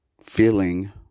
feeling